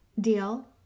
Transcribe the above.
deal